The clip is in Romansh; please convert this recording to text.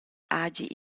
hagi